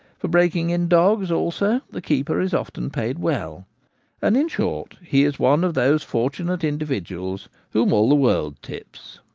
for breaking-in dogs also the keeper is often paid well and, in short, he is one of those fortunate individuals whom all the world tips.